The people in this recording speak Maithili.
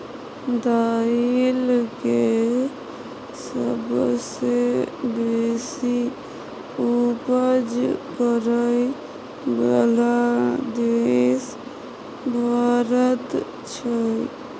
दाइल के सबसे बेशी उपज करइ बला देश भारत छइ